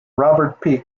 robert